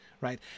right